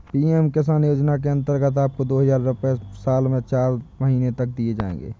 PM Kisan योजना के अंतर्गत आपको दो हज़ार रुपये साल में चार महीने तक दिए जाएंगे